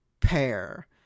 pair